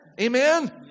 Amen